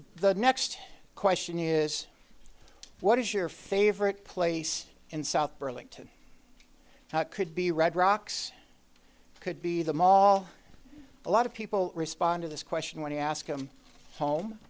the next question is what is your favorite place in south burlington could be red rocks could be the mall a lot of people respond to this question when you ask him home